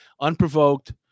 unprovoked